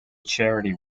charity